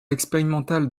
expérimentale